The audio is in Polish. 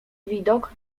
widok